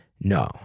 No